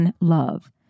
love